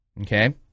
Okay